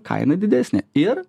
kaina didesnė ir